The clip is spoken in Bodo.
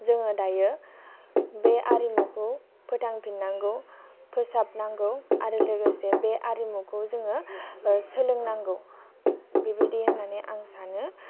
जोङो दायो बे आरिमुखौ फोथांफिननांगौ फोसाबनांगौ आरो लोगोसे बे आरिमुखौ जोङो सोलोंनांगौ बेबायदि होननानै आं सानो